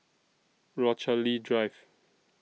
Rochalie Drive